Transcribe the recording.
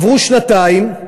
עברו שנתיים,